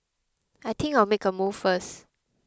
I think I'll make a move first